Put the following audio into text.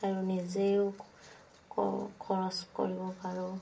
আৰু নিজেও ক খৰচ কৰিব পাৰোঁ